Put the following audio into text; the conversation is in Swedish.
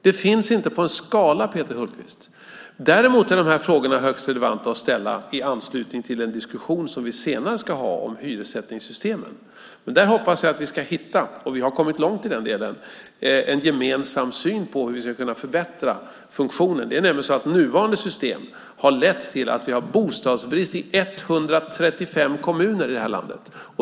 Det finns inte på en skala, Peter Hultqvist. Däremot är de här frågorna högst relevanta att ställa i anslutning till den diskussion som vi senare ska ha om hyressättningssystemen. Där hoppas jag att vi ska hitta - och vi har kommit långt i den delen - en gemensam syn på hur vi ska kunna förbättra funktionen. Det är nämligen så att nuvarande system har lett till att vi har bostadsbrist i 135 kommuner i landet.